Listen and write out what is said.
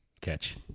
catch